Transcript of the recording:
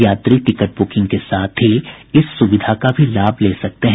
यात्री ticket booking के साथ ही इस सुविधा का भी लाभ ले सकते हैं